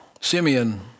Simeon